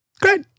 Great